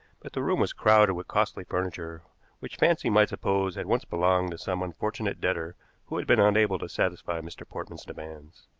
but the room was crowded with costly furniture which fancy might suppose had once belonged to some unfortunate debtor who had been unable to satisfy mr. portman's demands.